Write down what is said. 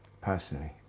personally